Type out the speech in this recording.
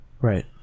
Right